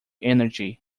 energy